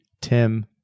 Tim